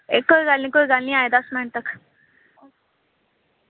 एह् कोई गल्ल निं कोई गल्ल निं आए दस्स मिंट च